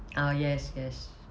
oh yes yes